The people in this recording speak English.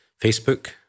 Facebook